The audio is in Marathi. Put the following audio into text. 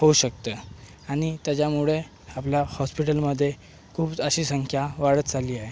होऊ शकते आणि त्याच्यामुळे आपल्या हॉस्पिटलमध्ये खूप अशी संख्या वाढत चालली आहे